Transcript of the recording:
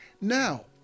Now